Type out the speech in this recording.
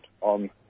on